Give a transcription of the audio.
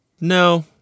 no